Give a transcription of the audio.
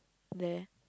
there